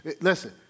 Listen